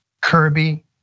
Kirby